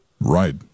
Right